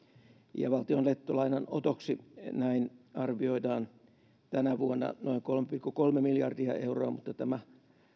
ja valtion nettolainanotoksi näin arvioidaan tänä vuonna noin kolme pilkku kolme miljardia euroa mutta tämä